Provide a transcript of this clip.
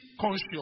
conscious